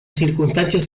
circunstancias